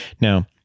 Now